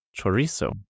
chorizo